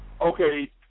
okay